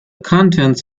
contents